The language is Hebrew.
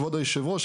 כבוד היושב ראש,